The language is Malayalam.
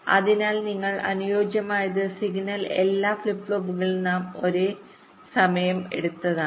അതിനാൽ നിങ്ങൾക്ക് അനുയോജ്യമായത് സിഗ്നൽ എല്ലാ ഫ്ലിപ്പ് ഫ്ലോപ്പുകളിലും ഒരേ സമയം എത്തണം എന്നതാണ്